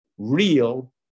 real